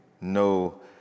no